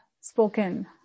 spoken